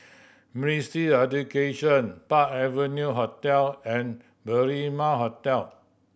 Ministry Education Park Avenue Hotel and Berrima Hotel